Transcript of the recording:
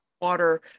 water